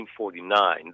1949